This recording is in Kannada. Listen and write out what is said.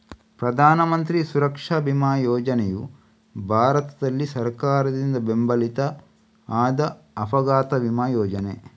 ಪ್ರಧಾನ ಮಂತ್ರಿ ಸುರಕ್ಷಾ ಬಿಮಾ ಯೋಜನೆಯು ಭಾರತದಲ್ಲಿ ಸರ್ಕಾರದಿಂದ ಬೆಂಬಲಿತ ಆದ ಅಪಘಾತ ವಿಮಾ ಯೋಜನೆ